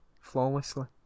Flawlessly